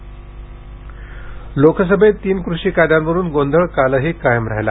लोकसभा गोंधळ लोकसभेत तीन कृषी कायद्यांवरून गोंधळ कालही कायम राहिला